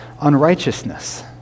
unrighteousness